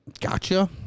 gotcha